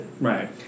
Right